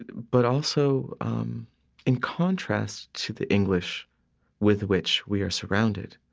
but also um in contrast to the english with which we are surrounded,